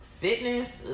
fitness